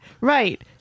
Right